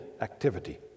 activity